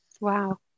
Wow